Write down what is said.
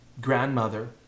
grandmother